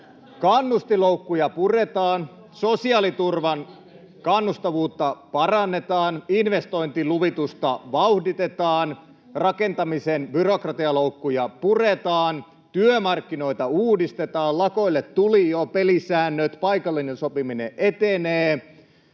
Kannustinloukkuja puretaan, sosiaaliturvan kannustavuutta parannetaan, investointiluvitusta vauhditetaan, rakentamisen byrokratialoukkuja puretaan. Työmarkkinoita uudistetaan: lakoille tuli jo pelisäännöt, paikallinen sopiminen etenee.